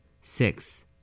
Six